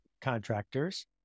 contractors